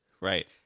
Right